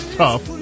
tough